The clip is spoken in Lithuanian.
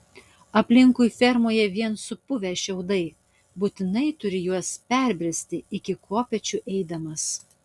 aplinkui fermoje vien supuvę šiaudai būtinai turi juos perbristi iki kopėčių eidamas